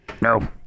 No